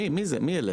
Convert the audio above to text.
מי אלה?